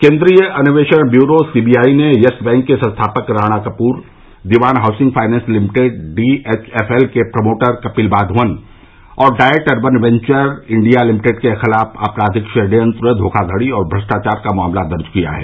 केन्द्रीय अन्वेषण bureau CBI ने यस बैंक के संस्थापक Rana Kapoor Dewan housing finance limited D H F L के प्रोमोटर कपिल वाधवन और DoIT urban ventures India limited के खिलाफ आपराधिक षडयंत्र धोखाधड़ी और भ्रष्टाचार का मामला दर्ज किया है